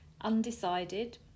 undecided